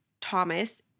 Thomas